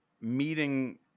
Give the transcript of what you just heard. meeting